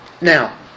Now